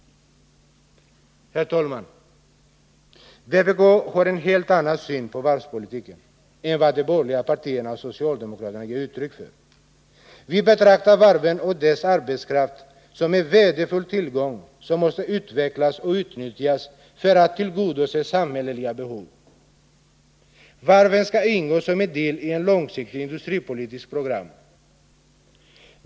Herr talman! Vpk har en helt annan syn på varvspolitiken än de borgerliga partierna och socialdemokraterna ger uttryck för. Vi betraktar varven och deras arbetskraft som en värdefull tillgång, som måste utvecklas och utnyttjas för att tillgodose samhälleliga behov. Varven skall ingå som en del i ett långsiktigt industripolitiskt program.